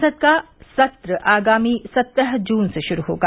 संसद का सत्र आगामी सत्रह जून से शुरू होगा